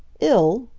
ill?